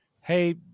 hey